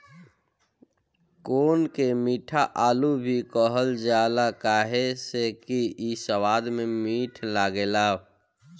कोन के मीठा आलू भी कहल जाला काहे से कि इ स्वाद में मीठ लागेला